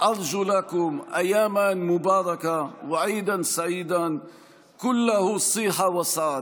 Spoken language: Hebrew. ואני מאחל לכם ימים מבורכים וחג שמח ומלא בריאות ואושר.